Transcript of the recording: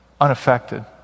unaffected